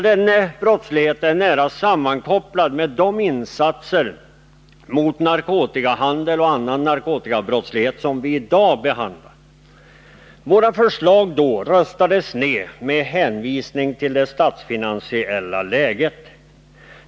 Den kampen är nära sammankopplad med de insatser mot narkotikahandeln och annan narkotikabrottslighet som vi i dag behandlar. Vårt förslag då röstades ned, med hänvisning till det statsfinansiella läget.